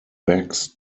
backs